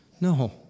No